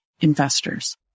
investors